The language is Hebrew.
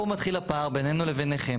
פה מתחיל הפער בינינו לבינכם,